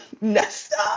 Nesta